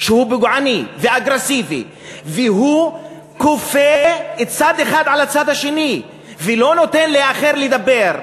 שהוא פוגעני ואגרסיבי והוא כופה צד אחד על הצד השני ולא נותן לאחר לדבר,